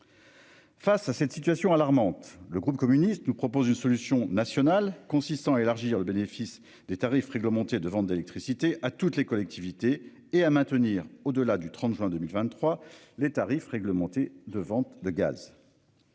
Face à cette situation alarmante. Le groupe communiste nous propose une solution nationale consistant à élargir le bénéfice des tarifs réglementés de vente d'électricité à toutes les collectivités et à maintenir au-delà du 30 juin 2023. Les tarifs réglementés de vente de gaz.--